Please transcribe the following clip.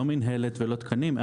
לא מנהלת ולא תקנים.